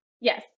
Yes